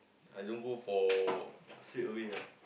I don't go for straight away ah